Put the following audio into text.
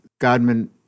Godman